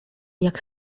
jak